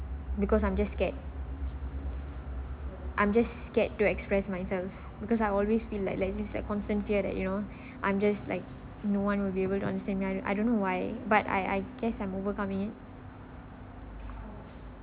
because I'm just scared I'm just scared to express myself because I always feel like like this like constant fear that you know I'm just like no one will be able to understand me I don't know why but I I guess I'm overcoming it